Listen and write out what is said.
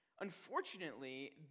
Unfortunately